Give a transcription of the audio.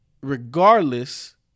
Regardless